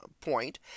point